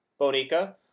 Bonica